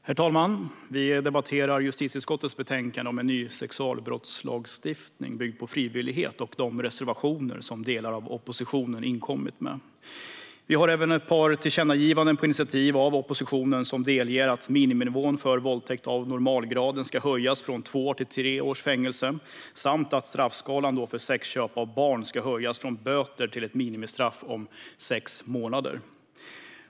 Herr talman! Vi debatterar justitieutskottets betänkande om en ny sexualbrottslagstiftning byggd på frivillighet och de reservationer som delar av oppositionen inkommit med. Det finns även ett par tillkännagivanden på initiativ av oppositionen som delger att miniminivån för våldtäkt av normalgraden ska höjas från två till tre års fängelse samt att straffskalan för sexköp av barn ska höjas från böter till ett minimistraff om sex månader.